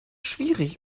schwierig